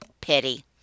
Pity